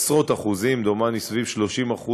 עשרות אחוזים, דומני סביב 30%